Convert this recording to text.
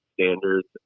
standards